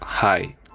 Hi